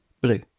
Blue